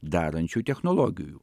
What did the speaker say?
darančių technologijų